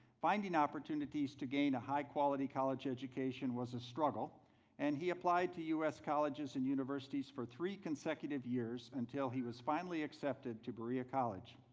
finding opportunities to gain a high quality college education was a struggle and he applied to u s. colleges and universities for three consecutive years, until he was finally accepted to berea college.